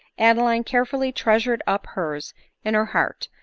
adeline carefudy treasured up hers in her heart,